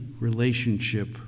relationship